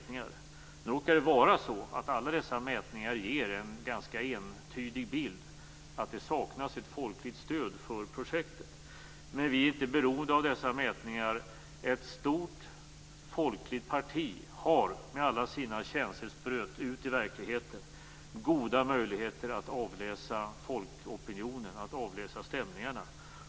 Nu råkar alla dessa mätningar ge en ganska entydig bild av att det saknas ett folkligt stöd för projektet, men vi är inte beroende av dessa mätningar. Ett stort folkligt parti med alla sina känselspröt ute i verkligheten har goda möjligheter att avläsa folkopinionen och stämningarna.